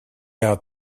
out